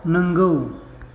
नंगौ